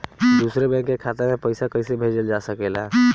दूसरे बैंक के खाता में पइसा कइसे भेजल जा सके ला?